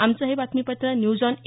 आमचं हे बातमीपत्र न्यूज ऑन ए